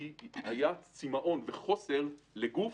כי היו צימאון וחוסר לגוף,